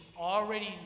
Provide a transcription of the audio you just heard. already